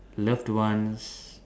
loved ones